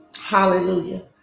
Hallelujah